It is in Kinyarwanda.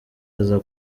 aza